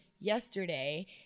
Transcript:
yesterday